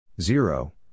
Zero